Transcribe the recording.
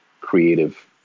creative